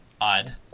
odd